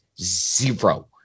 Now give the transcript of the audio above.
Zero